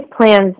plans